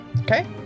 Okay